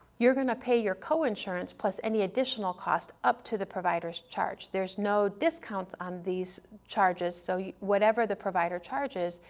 you're gonna pay your coinsurance plus any additional cost up to the provider's charge, there's no discounts on these charges so whatever the provider charges,